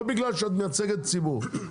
ולא בגלל שאת מייצגת ציבור,